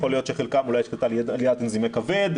יכול להיות שלחלקם אולי יש עליית אנזימי כבד,